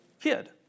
kid